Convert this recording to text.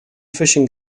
fishing